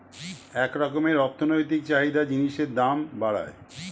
এক রকমের অর্থনৈতিক চাহিদা জিনিসের দাম বাড়ায়